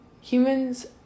humans